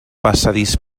passadís